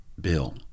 bill